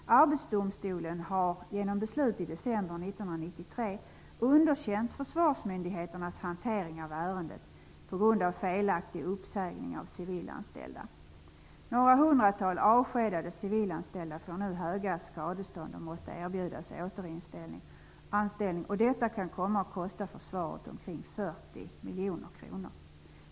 1993 underkänt försvarsmyndigheternas hantering av ärendet på grund av felaktig uppsägning av civilanställda. Några hundratal avskedade civilanställda får nu höga skadestånd och måste erbjudas återanstllning. Detta kan komma att kosta Försvaret omkring 40 miljoner kronor.